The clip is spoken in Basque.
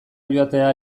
joatea